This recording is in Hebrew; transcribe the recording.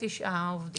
עובדים מנפאל.